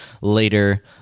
later